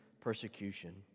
persecution